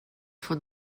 von